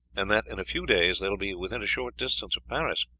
and that in a few days they will be within a short distance of paris.